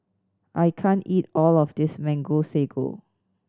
I can't eat all of this Mango Sago